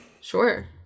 Sure